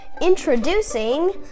Introducing